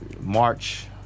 March